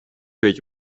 байж